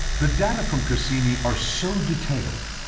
the data from cassini are so detailed,